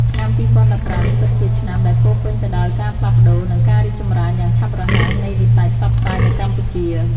ឆ្នាំ ២០១៥ ពិតជាឆ្នាំដែលពោរពេញទៅដោយការផ្លាស់ប្តូរ និងការរីកចម្រើនយ៉ាងឆាប់រហ័សនៃវិស័យផ្សព្វផ្សាយនៅកម្ពុជា។